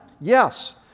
Yes